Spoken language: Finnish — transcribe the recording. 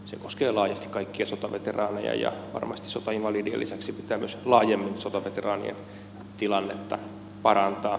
se koskee laajasti kaikkia sotaveteraaneja ja varmasti sotainvalidien lisäksi pitää myös laajemmin sotaveteraanien tilannetta parantaa